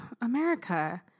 America